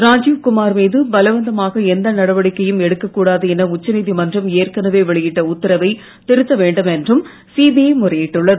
ராஜீவ்குமார் மீது பலவந்தமாக எந்த நடவடிக்கையும் எடுக்கக் கூடாது என உச்ச நீதிமன்றம் ஏற்கனவே வெளியிட்ட உத்தரவைத் திருத்தவேண்டும் என்றும் சிபிஐ முறையிட்டுள்ளது